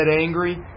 angry